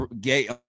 gay